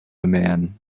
man